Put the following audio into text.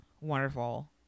wonderful